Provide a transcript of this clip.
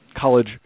college